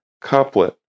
couplet